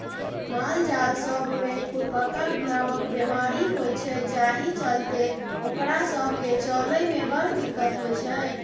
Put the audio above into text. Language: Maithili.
मालजाल सब मे खुरपका नामक बेमारी होइ छै जाहि चलते ओकरा सब केँ चलइ मे बड़ दिक्कत होइ छै